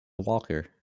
walker